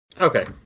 Okay